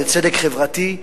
לצדק חברתי.